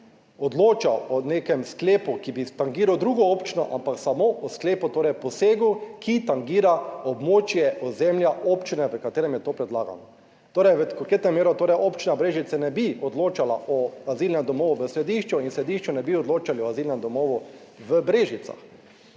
odločal o nekem sklepu, ki bi tangiral drugo občino, ampak samo o sklepu, torej posegu, ki tangira območje ozemlja občine, v katerem je to predlagano. Torej, v konkretnem primeru torej Občina Brežice ne bi odločala o azilnem domu v Središču in v Središču ne bi odločali o azilnem domu v Brežicah.